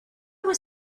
was